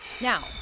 Now